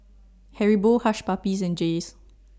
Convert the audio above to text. Haribo Hush Puppies and Jays